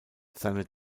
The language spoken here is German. seine